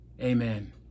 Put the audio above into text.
Amen